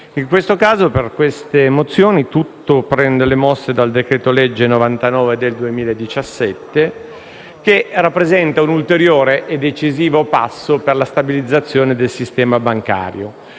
Nel caso di queste mozioni, tutto prende le mosse dal decreto-legge n. 99 del 2017, che rappresenta un ulteriore e decisivo passo per la stabilizzazione del sistema bancario,